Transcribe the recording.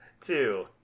two